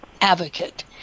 advocate